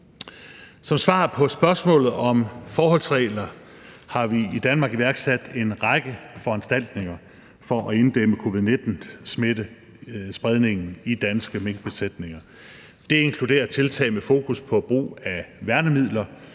Som svar på spørgsmålet om forholdsregler har vi i Danmark iværksat en række foranstaltninger for at inddæmme covid-19-smittespredningen i danske minkbesætninger. Det inkluderer tiltag med fokus på brug af værnemidler,